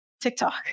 tiktok